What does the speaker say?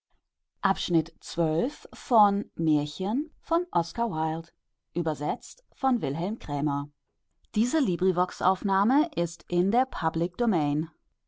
ist in der